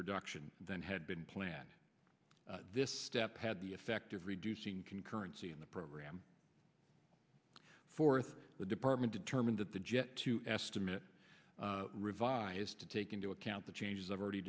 production that had been planned this step had the effect of reducing concurrency in the program fourth the department determined that the jet to estimate revised to take into account the changes i've already